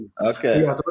Okay